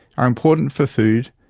are important for food,